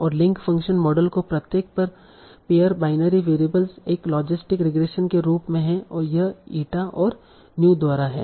और link function model को प्रत्येक पर पेअर बाइनरी वैरिएबल एक लॉजिस्टिक रिग्रेशन के रूप में है और यह ईटा और नू द्वारा है